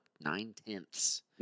nine-tenths